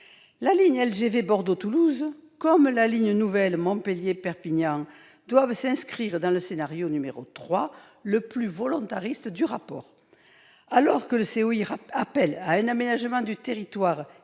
La LGV Bordeaux-Toulouse comme la ligne nouvelle Montpellier-Perpignan doivent s'inscrire dans le scénario 3, le plus volontariste, figurant dans le rapport. Alors que le COI appelle à un aménagement du territoire